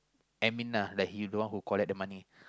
admin lah like he the one who collect the money